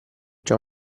già